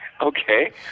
Okay